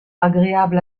agréable